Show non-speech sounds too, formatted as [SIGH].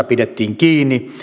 [UNINTELLIGIBLE] pidettiin kiinni